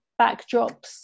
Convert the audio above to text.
backdrops